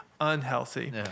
unhealthy